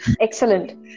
Excellent